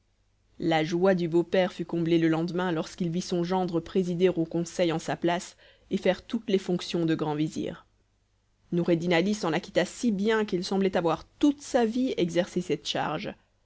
la joie du beau-père fut comblée le lendemain lorsqu'il vit son gendre présider au conseil en sa place et faire toutes les fonctions de grand vizir noureddin ali s'en acquitta si bien qu'il semblait avoir toute sa vie exercé cette charge